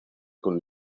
con